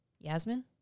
Yasmin